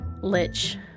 lich